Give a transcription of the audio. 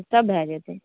हुँ सभ भय जेतै